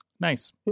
Nice